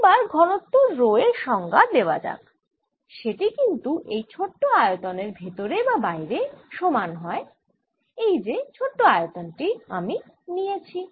এবার ঘনত্ব রো এর সংজ্ঞা দেওয়া যাক সেটি কিন্তু এই ছোট আয়নের ভেতরে বা বাইরে সমান হয় এই যে ছোট আয়তন টি আমি নিয়েছি